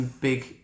big